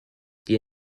dir